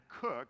cook